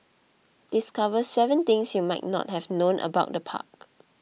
discover seven things you might not have known about the park